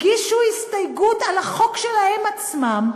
הגישו הסתייגות על החוק שלהם עצמם,